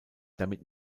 damit